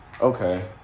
Okay